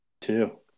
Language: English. two